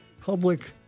public